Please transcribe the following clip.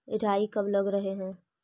राई कब लग रहे है?